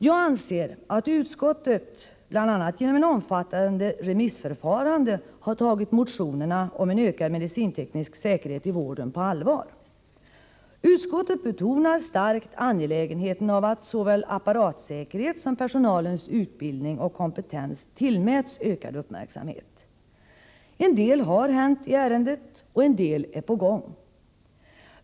Jag anser att utskottet, bl.a. genom ett omfattande remissförfarande, har tagit motionerna om en ökad medicinteknisk säkerhet i vården på allvar. Utskottet betonar starkt angelägenheten av att såväl apparatsäkerhet som personalens utbildning och kompetens tillmäts ökad uppmärksamhet. En del har hänt i ärendet, och en del är ”på gång”.